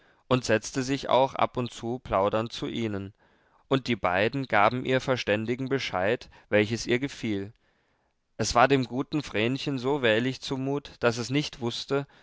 und setzte sich auch ab und zu plaudernd zu ihnen und die beiden gaben ihr verständigen bescheid welches ihr gefiel es war dem guten vrenchen so wählig zumut daß es nicht wußte